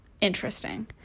interesting